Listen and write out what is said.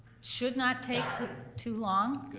should not take too long. good.